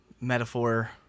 metaphor